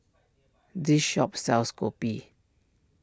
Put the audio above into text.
this shop sells Kopi